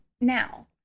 now